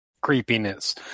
creepiness